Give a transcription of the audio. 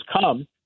come